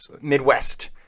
Midwest